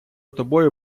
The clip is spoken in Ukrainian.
тобою